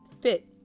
fit